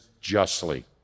justly